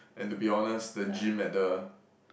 and to be honest the gym at the